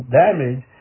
damage